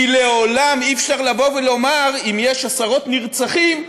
כי לעולם אי-אפשר לבוא ולומר, אם יש עשרות נרצחים,